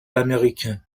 américain